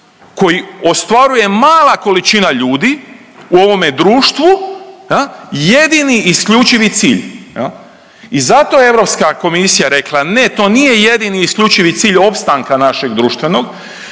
koji ostvaruje mala količina ljudi u ovome društvu, jedini isključivi cilj. I zato je Europska komisija rekla, ne to nije jedini isključivi cilj opstanka našeg društvenog,